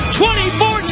2014